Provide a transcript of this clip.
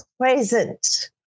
present